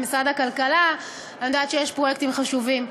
במשרד הכלכלה אני יודעת שיש פרויקטים חשובים,